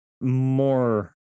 more